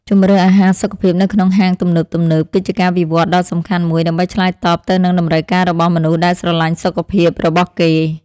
ជម្រើសអាហារសុខភាពនៅក្នុងហាងទំនើបៗគឺជាការវិវត្តដ៏សំខាន់មួយដើម្បីឆ្លើយតបទៅនឹងតម្រូវការរបស់មនុស្សដែលស្រលាញ់សុខភាពរបស់គេ។